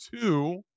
two